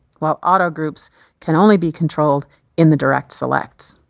while auto-groups can only be controlled in the direct selects.